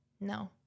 no